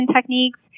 techniques